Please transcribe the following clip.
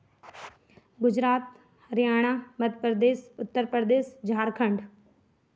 Gujarat Haryana Madhya Pradesh Uttar Pradesh Jharkhand